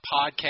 podcast